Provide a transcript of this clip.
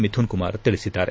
ಮಿಥುನ್ಕುಮಾರ್ ತಿಳಿಸಿದ್ದಾರೆ